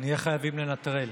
נהיה חייבים לנטרל.